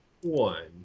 one